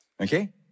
Okay